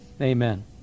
Amen